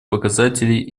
показателей